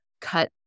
cut